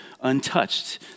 untouched